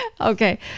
Okay